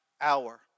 hour